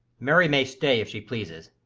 mary may stay if she pleases.